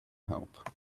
help